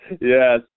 Yes